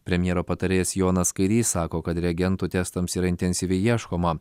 premjero patarėjas jonas kairys sako kad reagentų testams yra intensyviai ieškoma